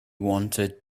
wanted